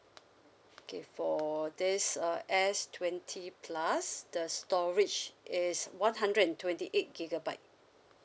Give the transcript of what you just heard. okay for this uh S twenty plus the storage is one hundred and twenty eight gigabyte